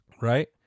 right